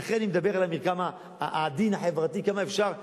לכן, אני מדבר על המרקם העדין, החברתי, כמה אפשר.